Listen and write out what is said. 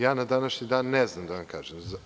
Ja na današnji dan ne znam da vam kažem.